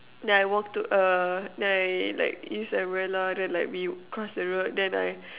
then I walk to uh then I like use umbrella then like we cross the road then I